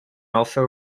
also